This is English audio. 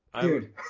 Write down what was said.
Dude